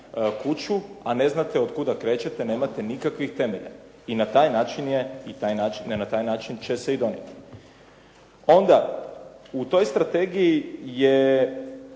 kuću, a ne znate od kuda krećete nemate nikakvih temelja i na taj način će se i donijeti. Onda u toj strategiji je